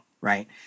right